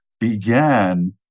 began